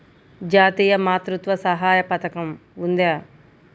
జాతీయ మాతృత్వ సహాయ పథకం ఉందా?